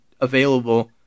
available